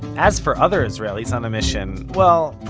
as for other israelis on a mission, well,